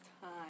time